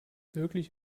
wirklich